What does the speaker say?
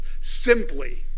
simply